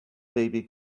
baby